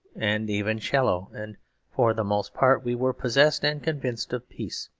and even shallow and for the most part we were possessed and convinced of peace.